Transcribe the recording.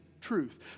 Truth